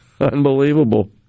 unbelievable